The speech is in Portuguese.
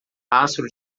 rastro